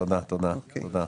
תודה, תודה.